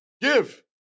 give